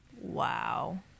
Wow